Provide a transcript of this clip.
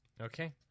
Okay